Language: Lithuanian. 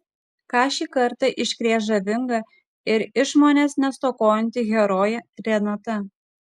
ką šį kartą iškrės žavinga ir išmonės nestokojanti herojė renata